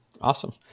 Awesome